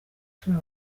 turi